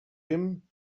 him